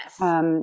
Yes